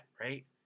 right